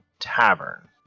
tavern